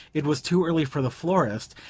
it was too early for the florist,